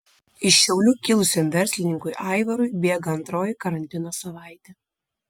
iš šiaulių kilusiam verslininkui aivarui bėga antroji karantino savaitė